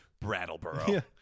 Brattleboro